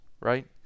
Right